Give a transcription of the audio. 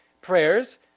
Prayers